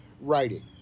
writing